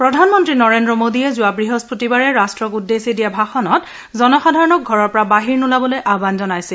প্ৰধানমন্ত্ৰী নৰেন্দ্ৰ মোদীয়ে যোৱা বৃহস্পতিবাৰে ৰাট্টক উদ্দেশ্যি দিয়া ভাষণত জনসাধাৰণক ঘৰৰ পৰা বাহিৰ নোলাবলৈ আহবান জনাইছিল